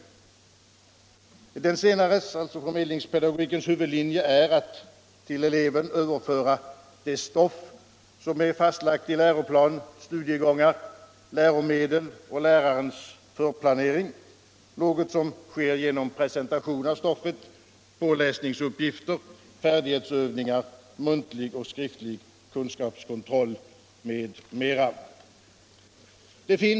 Förmedlingspedagogikens huvudlinje är att till eleven överföra det stoff som är fastlagt i läroplaner, studiegångar, läromedel och lärarens förplanering, något som sker genom en presentation av stoffet, påläsningsuppgifter, färdighetsövningar samt muntlig och skriftlig kunskapskontroll.